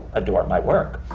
adore my work,